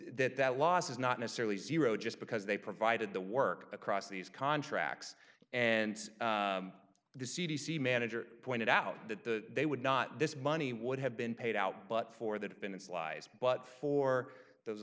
that loss is not necessarily zero just because they provided the work across these contracts and the c d c manager pointed out that the they would not this money would have been paid out but for the defendant's lies but for those